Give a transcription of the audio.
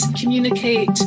communicate